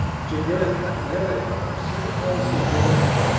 jugurtha, on the other hand, pursued a policy of delay,